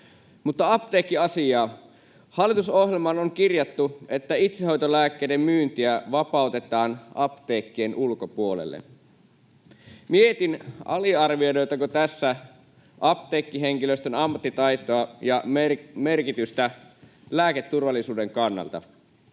Mutta apteekkiasiaa: Hallitusohjelmaan on kirjattu, että itsehoitolääkkeiden myyntiä vapautetaan apteekkien ulkopuolelle. Mietin, aliarvioidaanko tässä apteekkihenkilöstön ammattitaitoa ja merkitystä lääketurvallisuuden kannalta.